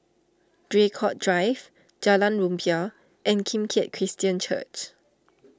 Draycott Drive Jalan Rumbia and Kim Keat Christian Church